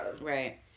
Right